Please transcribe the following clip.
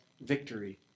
victory